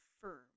firm